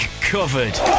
covered